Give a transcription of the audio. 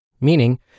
meaning